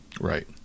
Right